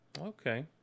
Okay